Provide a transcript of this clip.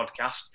podcast